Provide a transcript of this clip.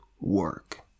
work